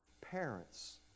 parents